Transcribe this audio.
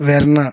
Verna